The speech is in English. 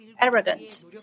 Arrogant